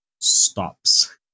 stops